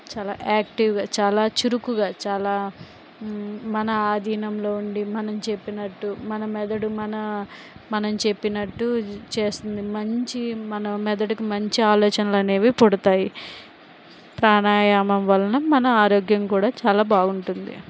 చాలా యాక్టీవ్గా చాలా చురుకుగా చాలా మన ఆదీనంలో ఉండి మనం చెప్పినట్టు మన మెదడు మన మనం చెప్పినట్టు చే చేస్తుంది మంచి మనం మెదడుకు మంచి ఆలోచనలు అనేవి పుడతాయి ప్రాణాయామం వలన మన ఆరోగ్యం కూడా చాలా బాగుంటుంది